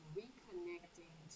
reconnecting